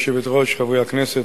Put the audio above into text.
גברתי היושבת-ראש, חברי הכנסת,